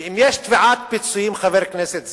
ואם יש תביעת פיצויים, חבר הכנסת זאב,